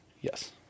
Yes